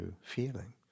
feeling